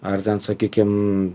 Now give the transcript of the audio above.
ar ten sakykim